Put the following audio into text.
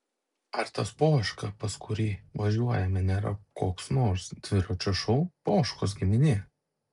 ar tas poška pas kurį važiuojame nėra koks nors dviračio šou poškos giminė